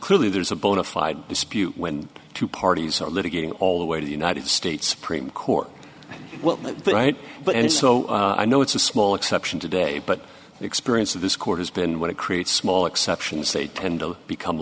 clearly there is a bona fide dispute when two parties are litigating all the way to the united states supreme court right but and so i know it's a small exception today but the experience of this court has been what it creates small exceptions they tend to become